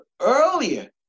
earlier